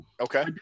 Okay